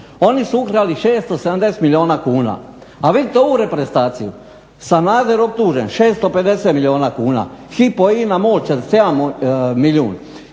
Oni su ukrali 670 milijuna kuna. A vidite ovu reprezentaciju, Sanader optužen 650 milijuna kuna, HYPO, INA, MOL 41 milijun,